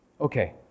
Okay